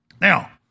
Now